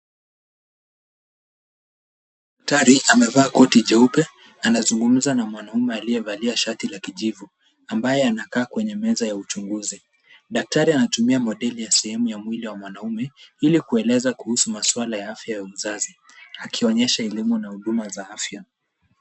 Daktari amevaa koti jeupe anazungumza na mwanamume aliyevalia shati la kijivu ambaye anakaa kwenye meza ya uchunguzi. Daktari anatumia modeli ya sehemu ya mwili ya mwanamume ili kueleza kuhusu masuala ya afya ya uzazi akionyesha elimu na huduma za afya.